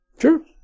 Sure